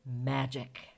Magic